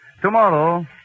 Tomorrow